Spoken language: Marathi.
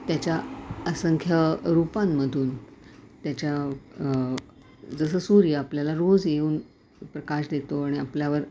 त्याच्या असंख्य रूपांमधून त्याच्या जसं सूर्य आपल्याला रोज येऊन प्रकाश देतो आणि आपल्यावर